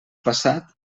passat